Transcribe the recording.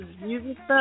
Music